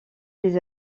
des